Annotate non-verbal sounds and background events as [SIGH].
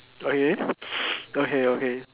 okay [NOISE] okay okay